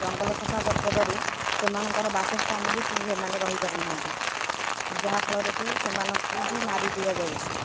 ଜଙ୍ଗଲ ସଫା କରିଦେବାରୁ ସେମାନଙ୍କର ବାସସ୍ଥାନ ବି ସେମାନେ ରହିପାରୁନାହାନ୍ତି ଯାହାଫଳରେକି ସେମାନଙ୍କୁ ବି ମାରି ଦିଆଯାଉଛି